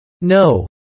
No